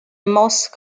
most